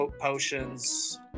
potions